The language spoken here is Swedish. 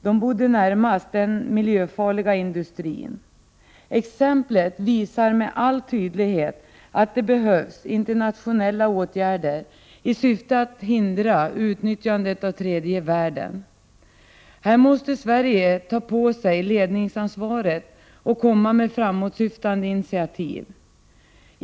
De bodde närmast den miljöfarliga industrin. Exemplet visar med all tydlighet att det behövs internationella åtgärder i syfte att hindra utnyttjandet av tredje världen. Här måste Sverige ta på sig ledningsansvaret och komma med framåtsyftande initiativ.